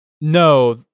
No